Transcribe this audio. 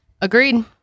agreed